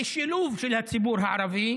ושילוב של הציבור הערבי,